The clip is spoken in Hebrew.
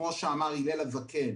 כמו שאמר הלל הזקן,